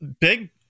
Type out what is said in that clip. big